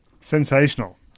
Sensational